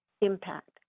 impact